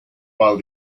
while